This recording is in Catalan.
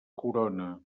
corona